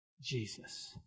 Jesus